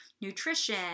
nutrition